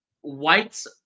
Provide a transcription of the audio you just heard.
Whites